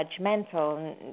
judgmental